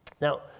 Now